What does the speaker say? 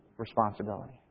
responsibility